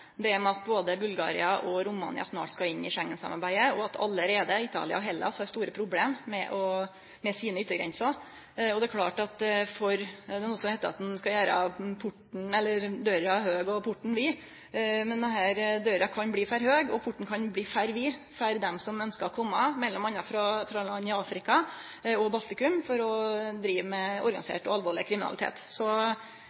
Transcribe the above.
Det er viktig å ha med seg at både Bulgaria og Romania snart skal inn i Schengensamarbeidet, og at Italia og Hellas allereie har store problem med sine yttergrenser. Det er noko som heiter at ein skal gjere døra høg og porten vid, men det er klart at døra kan bli for høg og porten for vid for dei som ønskjer å kome m.a. frå land i Afrika og Baltikum for å drive med